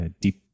deep